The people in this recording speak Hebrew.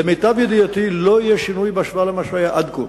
למיטב ידיעתי לא יהיה שינוי בהשוואה למה שהיה עד כה.